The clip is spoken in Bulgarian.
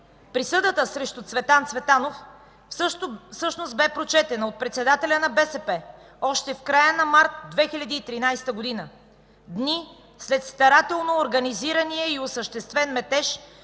Присъдата срещу Цветан Цветанов всъщност бе прочетена от председателя на БСП още в края на месец март 2013 г. – дни след старателно организирания и осъществен метеж,